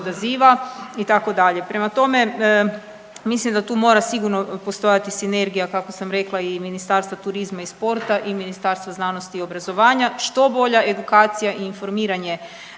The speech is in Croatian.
itd. Prema tome, mislim da tu mora sigurno postojati sinergija kako sam rekla i Ministarstva turizma i sporta i Ministarstva znanosti i obrazovanja, što bolja edukacija i informiranje